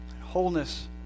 wholeness